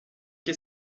que